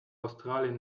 australien